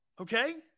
Okay